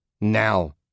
Now